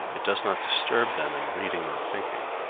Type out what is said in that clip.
it does not disturb them in reading or thinking,